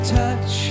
touch